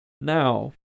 Now